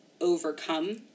overcome